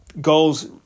goals